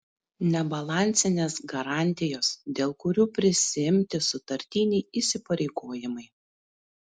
nebalansinės garantijos dėl kurių prisiimti sutartiniai įsipareigojimai